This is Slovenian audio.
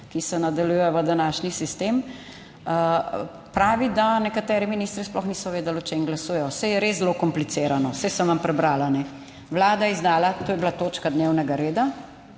ki se nadaljuje v današnji sistem pravi, da nekateri ministri sploh niso vedeli, o čem glasujejo. Saj je res zelo komplicirano. Saj sem vam prebrala. Vlada je izdala - to je bila točka dnevnega reda